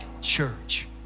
church